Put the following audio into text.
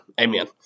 Amen